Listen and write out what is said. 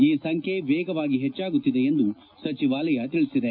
ಈ ಸಂಖ್ಯೆ ವೇಗವಾಗಿ ಹೆಚ್ಚಾಗುತ್ತಿದೆ ಎಂದು ಸಚಿವಾಲಯ ತಿಳಿಸಿದೆ